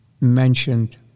mentioned